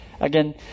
Again